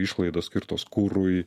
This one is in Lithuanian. išlaidos skirtos kurui